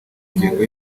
ingengo